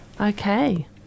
Okay